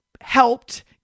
helped